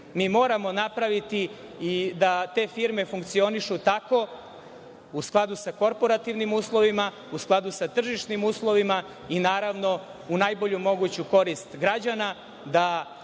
Mi moramo napraviti da te firme funkcionišu tako u skladu sa korporativnim uslovima, u skladu sa tržišnim uslovima i, naravno, u najbolju moguću korist građana